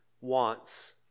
wants